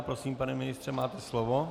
Prosím, pane ministře, máte slovo.